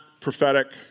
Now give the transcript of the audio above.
prophetic